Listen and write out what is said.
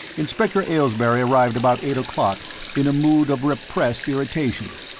inspector aylesbury arrived about eight o'clock in a mood of repressed irritation.